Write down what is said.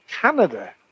Canada